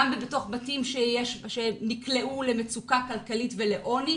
גם בתוך בתים שנקלעו למצוקה כלכלית ולעוני.